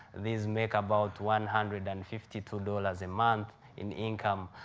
these make about one hundred and fifty two dollars a month in income.